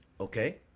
Okay